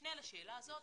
משנה לשאלה הזאת.